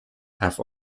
have